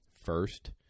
first